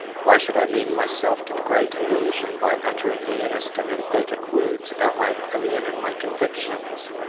why should i lend myself to the great illusion by uttering earnest and emphatic words about my opinions and my convictions,